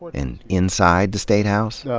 and inside the statehouse.